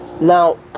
Now